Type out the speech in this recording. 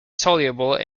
soluble